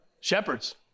Shepherds